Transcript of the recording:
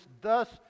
thus